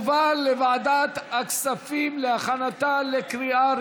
לוועדת הכספים נתקבלה.